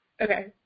Okay